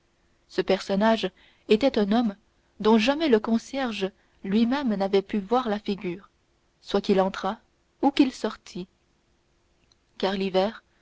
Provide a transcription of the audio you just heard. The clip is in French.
ce personnage était un homme dont jamais le concierge lui-même n'avait pu voir la figure soit qu'il entrât ou qu'il sortît car l'hiver